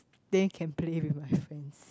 then can play with my friends